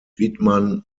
widmann